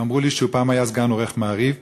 שאמרו לי שפעם היה סגן עורך "מעריב",